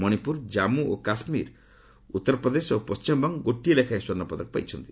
ମଣିପୁର କାମ୍ମୁ ଓ କାଶ୍ମୀର ଉତ୍ତରପ୍ରଦେଶ ଓ ପଣ୍ଢିମବଙ୍ଗ ଗୋଟିଏ ଲେଖାର୍ଏ ସ୍ୱର୍ଷପଦକ ପାଇଛନ୍ତି